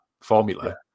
formula